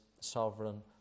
sovereign